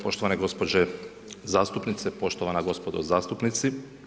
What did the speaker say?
Poštovane gospođe zastupnice, poštovana gospodo zastupnici.